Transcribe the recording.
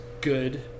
good